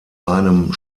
einem